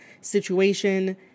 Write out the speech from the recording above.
situation